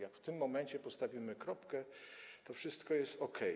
Jak w tym momencie stawiamy kropkę, to wszystko jest okej.